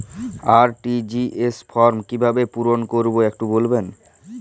RTGS form কিভাবে পূরণ করবো একটু বলবেন?